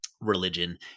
religion